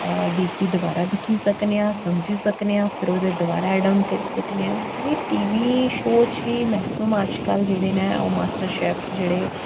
deeply दबारा दिक्खी सकने आं समझी सकने आं फिर ओह्दे दोबारा ऐड आन करी सकने आं कि भई टीवी शो च बी मैक्सिमम अज्जकल जेह्ड़े ने ओह् मास्टर शैफ़ जेह्ड़े